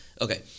Okay